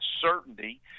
certainty